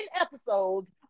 episodes